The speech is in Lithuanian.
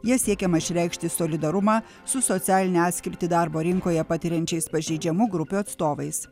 ja siekiama išreikšti solidarumą su socialinę atskirtį darbo rinkoje patiriančiais pažeidžiamų grupių atstovais